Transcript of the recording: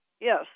Yes